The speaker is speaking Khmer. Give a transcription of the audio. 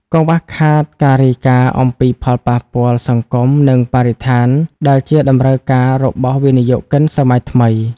កង្វះខាតការរាយការណ៍អំពីផលប៉ះពាល់សង្គម និងបរិស្ថាន ដែលជាតម្រូវការរបស់វិនិយោគិនសម័យថ្មី។